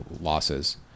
losses